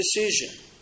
decision